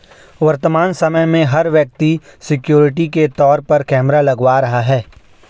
वर्तमान समय में, हर व्यक्ति सिक्योरिटी के तौर पर कैमरा लगवा रहा है